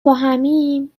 باهمیم